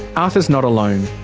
arthur's not alone.